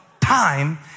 time